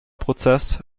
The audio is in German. prozess